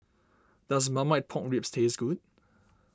does Marmite Pork Ribs taste good